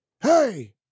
Hey